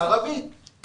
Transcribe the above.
הערבית,